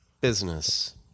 business